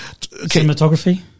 Cinematography